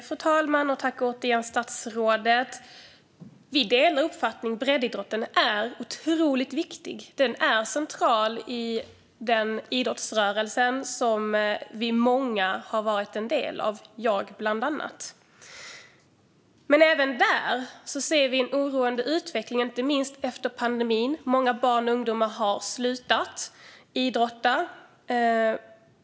Fru talman! Vi delar uppfattningen att breddidrotten är otroligt viktig. Den är central i den idrottsrörelse som vi många har varit en del av, bland annat jag. Men även där ser vi en oroande utveckling, inte minst efter pandemin. Många barn och ungdomar har slutat idrotta.